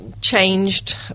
changed